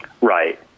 Right